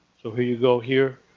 so here you go here.